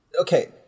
okay